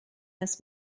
this